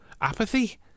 apathy